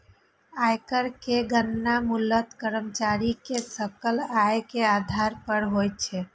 आयकर के गणना मूलतः कर्मचारी के सकल आय के आधार पर होइ छै